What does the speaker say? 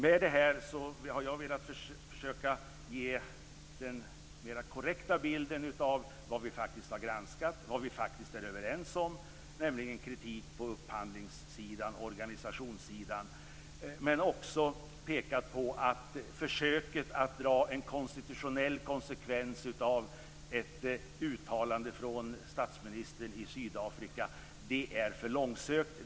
Med det här har jag försökt ge den mer korrekta bilden av vad vi faktiskt har granskat och vad vi faktiskt är överens om, nämligen kritik på upphandlingssidan, organisationssidan. Jag har också pekat på att försöket att dra en konstitutionell konsekvens av ett uttalande av statsministern i Sydafrika är för långsökt.